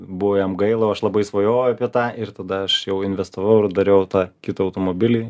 buvo jam gaila o aš labai svajojau apie tą ir tada aš jau investavau ir dariau tą kitą automobilį